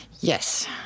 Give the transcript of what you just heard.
Yes